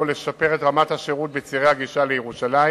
לשפר את רמת השירות בצירי הגישה לירושלים.